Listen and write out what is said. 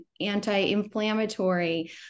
anti-inflammatory